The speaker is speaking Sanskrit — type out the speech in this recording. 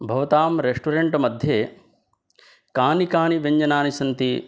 भवतां रेस्टोरेन्ट्मध्ये कानि कानि व्यञ्जनानि सन्ति